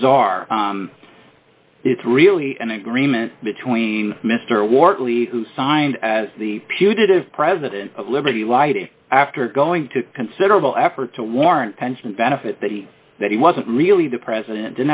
bizarre it's really an agreement between mr wharton lee who signed as the putative president of liberty lighted after going to considerable effort to warn pension benefit that he that he wasn't really the president